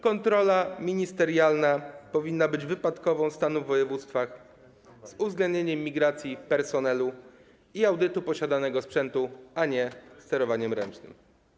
Kontrola ministerialna powinna być wypadkową stanu w województwach, z uwzględnieniem migracji personelu i audytu posiadanego sprzętu, a nie sterowaniem ręcznym.